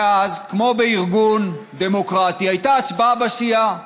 ואז, כמו בארגון דמוקרטי, הייתה הצבעה בסיעה,